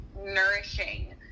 nourishing